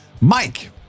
Mike